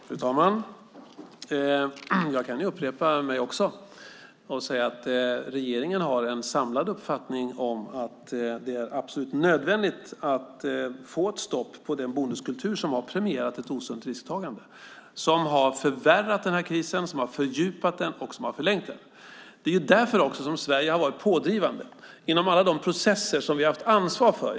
Fru talman! Jag kan också upprepa mig och säga att regeringen har en samlad uppfattning att det är absolut nödvändigt att få ett stopp på den bonuskultur som har premierat ett osunt risktagande, som har förvärrat den här krisen, som har fördjupat den och som har förlängt den. Det är därför som Sverige har varit pådrivande genom alla de processer som vi har haft ansvar för.